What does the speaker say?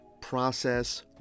process